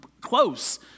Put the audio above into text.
close